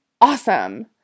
awesome